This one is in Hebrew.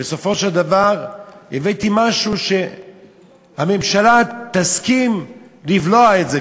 ובסופו של דבר הבאתי משהו שהממשלה תסכים לבלוע אותו,